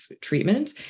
treatment